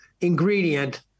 ingredient